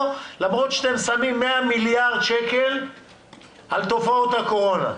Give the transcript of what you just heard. למרות שאתם שמים 100 מיליארד שקל על תופעות הקורונה.